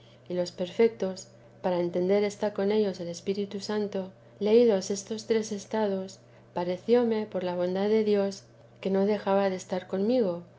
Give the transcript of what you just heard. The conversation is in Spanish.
y los perfetos para entender está con ellos el espíritu santo leídos estos tres estados parecióme por la bondad de dios que no dejaba de estar conmigo